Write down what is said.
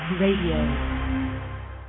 Radio